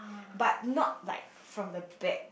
but not like from the back